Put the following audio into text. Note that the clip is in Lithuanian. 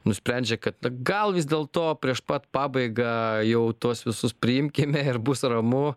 nusprendžia kad gal vis dėlto prieš pat pabaigą jau tuos visus priimkime ir bus ramu